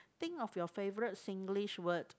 think of your favourite Singlish word